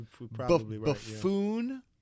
Buffoon